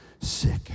sick